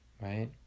Right